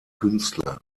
künstler